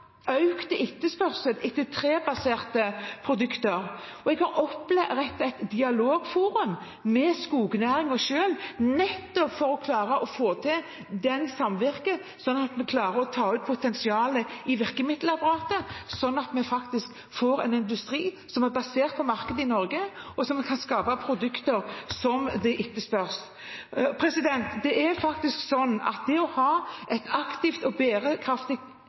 etterspørsel etter trebaserte produkter. Og jeg har opprettet et dialogforum for skognæringen selv, nettopp for å klare å få til det samvirket, slik at vi klarer å ta ut potensialet i virkemiddelapparatet, slik at vi faktisk får en industri som er basert på markedet i Norge, og som kan skape produkter som etterspørres. Det er faktisk slik at det å ha et aktivt og